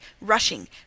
rushing